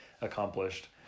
accomplished